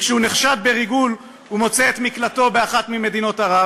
וכשהוא נחשד בריגול הוא מוצא את מקלטו באחת ממדינות ערב